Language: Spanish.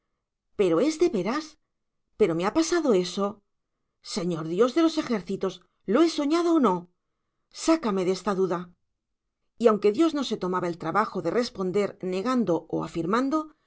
pero es de veras pero me ha pasado eso señor dios de los ejércitos lo he soñado o no sácame de esta duda y aunque dios no se tomaba el trabajo de responder negando o afirmando